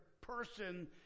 person